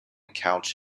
couch